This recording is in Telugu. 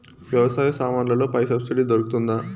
వ్యవసాయ సామాన్లలో పై సబ్సిడి దొరుకుతుందా?